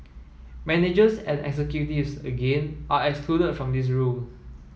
managers and executives again are excluded from this rule